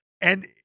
And-